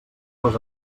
obres